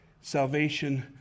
salvation